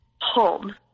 home